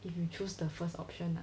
if you choose the first option lah